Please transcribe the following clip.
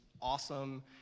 awesome